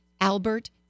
Albert